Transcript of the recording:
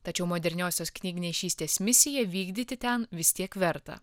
tačiau moderniosios knygnešystės misiją vykdyti ten vis tiek verta